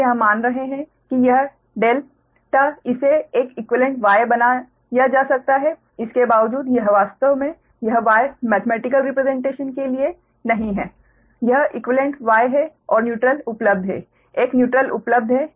हम यह मान रहे हैं कि यह ∆ इसे एक इक्वीवेलेंट Y बनाया जा सकता है जिसके बावजूद यह वास्तव में यह Y मेथमेटिकल रिप्रेसेंटेशन के लिए नहीं है यह इक्वीवेलेंट Y है और न्यूट्रल उपलब्ध है एक न्यूट्रल उपलब्ध है